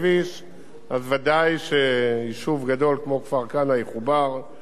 אז ודאי שיישוב גדול כמו כפר-כנא יחובר לכביש הזה,